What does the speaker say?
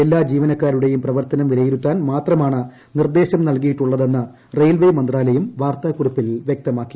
എല്ലാ ജീവനക്കാരുടേയും പ്രവർത്തനം വിലയിരുത്താൻ മാത്രമാണ് നിർദ്ദേശം നൽകിയുട്ടുള്ളതെന്ന് റെയിൽവേ മന്ത്രാലയം വാർത്താകുറിപ്പിൽ വ്യക്തമാക്കി